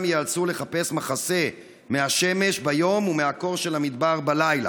ייאלצו לחפש מחסה מהשמש ביום ומהקור של המדבר בלילה.